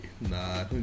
Nah